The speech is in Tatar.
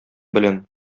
белән